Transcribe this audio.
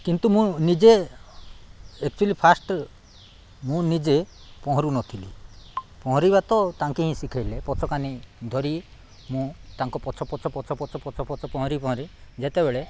କିନ୍ତୁ ମୁଁ ନିଜେ ଏକ୍ଚୁଲି ଫାଷ୍ଟ୍ ମୁଁ ନିଜେ ପହଁରୁନଥିଲି ପହଁରିବା ତ ତାଙ୍କେ ହିଁ ଶିଖାଇଲେ ପଛ କାନି ଧରି ମୁଁ ତାଙ୍କ ପଛ ପଛ ପଛ ପଛ ପଛ ପଛ ପହଁରି ପହଁରି ଯେତେବେଳେ